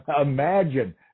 imagine